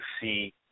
see